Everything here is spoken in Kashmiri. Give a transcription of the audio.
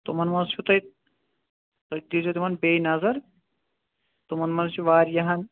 تِمن منٛز چھُو توہہِ تُہۍ دِیزیٚو تِمن بیٚیہِ نظر تِمن منٛز چھُ واریاہن